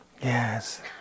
Yes